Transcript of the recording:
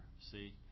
see